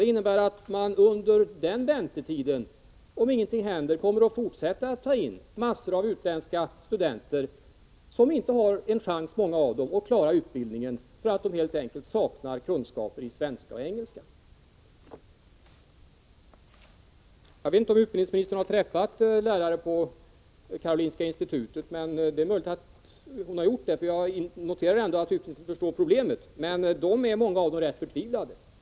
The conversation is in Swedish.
Det innebär att man under tiden, om ingenting händer, kommer att fortsätta att ta in en mängd utländska studenter, av vilka många inte har en chans att klara utbildningen helt enkelt därför att de saknar kunskaper i svenska och engelska. Jag vet inte om utbildningsministern har träffat några lärare på Karolinska institutet. Det är möjligt att hon har det. Jag noterar dock att utbildningsministern förstår att det här är ett problem. Många av lärarna på Karolinska institutet är rätt så förtvivlade över situationen.